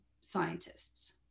scientists